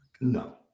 No